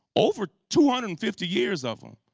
over two hundred and fifty years of them.